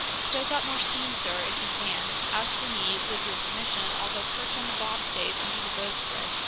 stoke up more steam, sir, if you can. as for me, with your permission i'll go perch on the bobstays under the bowsprit,